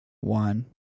One